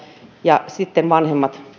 ja sitten vanhemmat